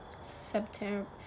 September